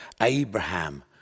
Abraham